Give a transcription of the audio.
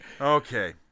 Okay